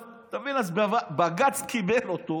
אתה מבין, אז בג"ץ קיבל אותו